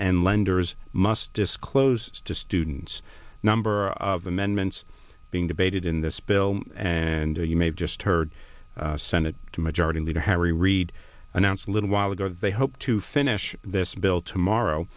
and lenders must disclose to students number of amendments being debated in this bill and you may have just heard senate majority leader harry reid announced a little while ago that they hope to finish this bill tomorrow